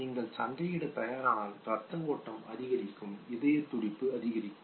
நீங்கள் சண்டையிட தயாரானால் ரத்த ஓட்டம் அதிகரிக்கும் இதயத்துடிப்பு அதிகரிக்கும்